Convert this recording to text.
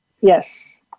Yes